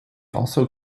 also